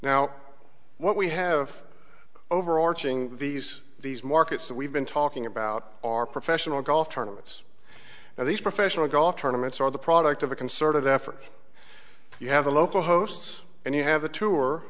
now what we have overarching these these markets that we've been talking about are professional golf tournaments and these professional golf tournaments are the product of a concerted effort you have the local hosts and you have the tour